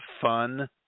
fun